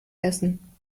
essen